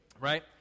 right